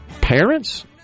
parents